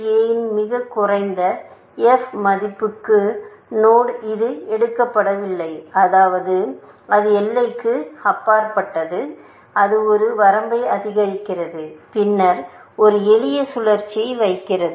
A இன் மிகக் குறைந்த f மதிப்புக்கு நோடு இது எடுக்கப்படவில்லை அதாவது அது எல்லைக்கு அப்பாற்பட்டது அது ஒரு வரம்பை அதிகரிக்கிறது பின்னர் ஒரு எளிய சுழற்சியை வைக்கிறது